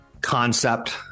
concept